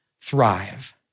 thrive